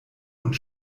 und